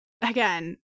again